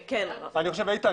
יש פה עניין